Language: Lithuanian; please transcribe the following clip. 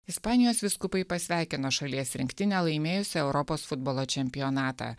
ispanijos vyskupai pasveikino šalies rinktinę laimėjusią europos futbolo čempionatą